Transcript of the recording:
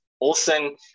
Olson